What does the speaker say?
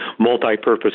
Multipurpose